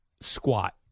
squat